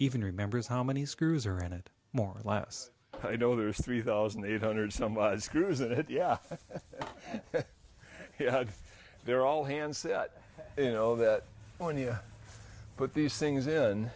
even remembers how many screws around it more last i know there's three thousand eight hundred somebody screws it yeah there are all hands you know that when you put these things in